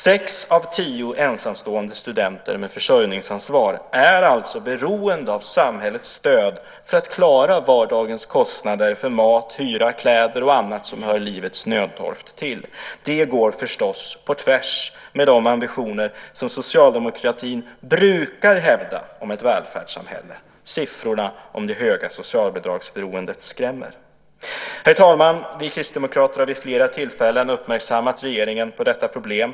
Sex av tio ensamstående studenter med försörjningsansvar är alltså beroende av samhällets stöd för att klara vardagens kostnader för mat, hyra, kläder och annat som hör livets nödtorft till. Det går förstås på tvärs med de ambitioner som Socialdemokraterna brukar hävda om ett välfärdssamhälle. Siffrorna om det höga socialbidragsberoendet skrämmer. Herr talman! Vi kristdemokrater har vid flera tillfällen uppmärksammat regeringen på detta problem.